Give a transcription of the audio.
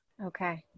Okay